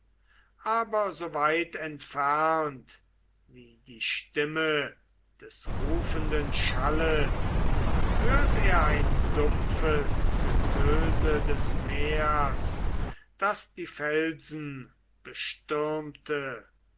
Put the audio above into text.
aber so weit entfernt wie die stimme des rufenden schallet hört er ein dumpfes getöse des meers das die felsen bestürmte